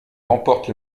remportent